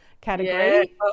category